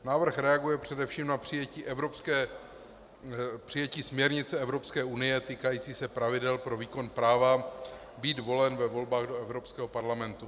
Návrh reaguje především na přijetí směrnice Evropské unie týkající se pravidel pro výkon práva být volen ve volbách do Evropského parlamentu.